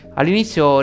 All'inizio